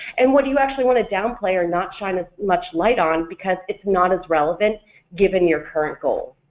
and what do you actually want to downplay or not shine as much light on because it's not as relevant given your current goals.